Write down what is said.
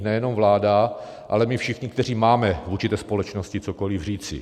Nejenom vláda, ale my všichni, kteří máme vůči společnosti cokoli říci.